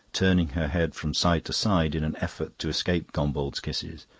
turning her head from side to side in an effort to escape gombauld's kisses.